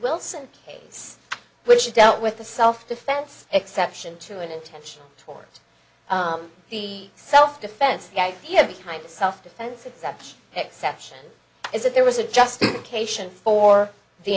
wilson case which dealt with the self defense exception to an intentional tort the self defense the idea behind the self defense except exception is that there was a justification for the